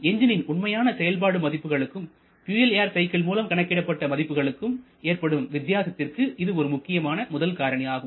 என்ஜினின் உண்மையான செயல்பாடு மதிப்புகளுக்கும் பியூயல் ஏர் சைக்கிள் மூலம் கணக்கிடப்பட்ட மதிப்புகளுக்கும் ஏற்படும் வித்தியாசத்திற்கு இது ஒரு முக்கியமான முதல் காரணி ஆகும்